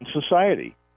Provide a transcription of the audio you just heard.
society